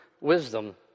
wisdom